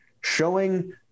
showing